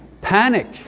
Panic